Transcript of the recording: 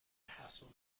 hassle